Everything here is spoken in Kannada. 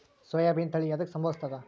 ಸೋಯಾಬಿನ ತಳಿ ಎದಕ ಸಂಭಂದಸತ್ತಾವ?